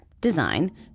design